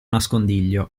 nascondiglio